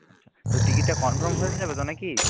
আচ্ছা তো টিকিটটা কনফর্ম হয়ে যাবে তো না কি